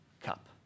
cup